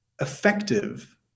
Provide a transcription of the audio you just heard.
effective